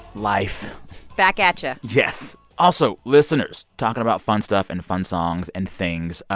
life back at you yes. also, listeners, talking about fun stuff and fun songs and things,